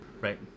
Right